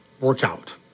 workout